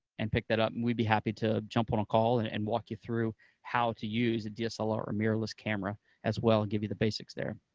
and pick that up, and we'd be happy to jump on a call and and walk you through how to use a dslr or mirrorless camera as well, and give you the basics there.